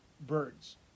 birds